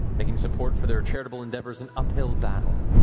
making support for their charitable endeavors an uphill battle.